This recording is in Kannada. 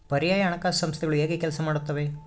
ಪರ್ಯಾಯ ಹಣಕಾಸು ಸಂಸ್ಥೆಗಳು ಹೇಗೆ ಕೆಲಸ ಮಾಡುತ್ತವೆ?